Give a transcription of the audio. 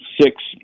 six